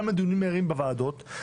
גם בדיונים מהירים בוועדות,